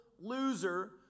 loser